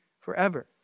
forever